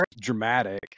dramatic